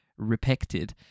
Repected